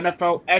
NFL